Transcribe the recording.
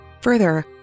Further